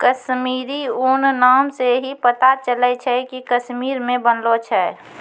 कश्मीरी ऊन नाम से ही पता चलै छै कि कश्मीर मे बनलो छै